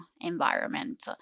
environment